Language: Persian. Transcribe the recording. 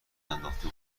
انداخته